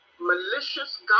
malicious